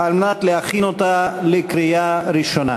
על מנת להכין אותה לקריאה ראשונה.